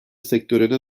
sektörüne